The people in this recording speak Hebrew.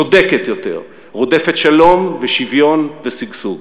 צודקת יותר, רודפת שלום ושוויון ושגשוג.